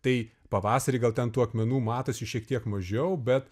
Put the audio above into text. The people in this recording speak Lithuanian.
tai pavasarį gal ten tų akmenų matosi šiek tiek mažiau bet